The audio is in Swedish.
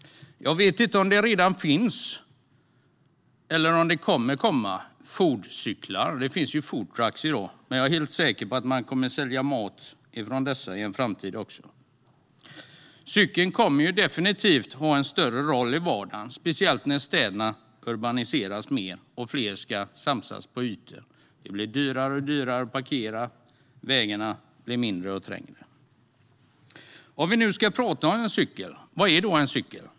Jag vet inte om det redan finns, eller om det kommer att komma, foodcyklar. Det finns ju food trucks i dag, men jag är helt säker på att man i framtiden kommer att sälja mat också från cyklar. Cykeln kommer definitivt att ha en större roll i vardagen, speciellt när städerna urbaniseras mer och fler ska samsas på samma ytor. Det blir dyrare och dyrare att parkera, och vägarna blir mindre och trängre. Vad är då en cykel?